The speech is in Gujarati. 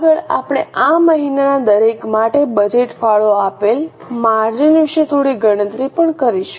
આગળ આપણે આ મહિનામાં દરેક માટે બજેટ ફાળો આપેલ માર્જિન વિશે થોડીક ગણતરી પણ કરીશું